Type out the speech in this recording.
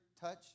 touch